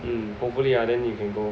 mm hopefully ah then you can go